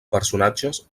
personatges